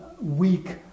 weak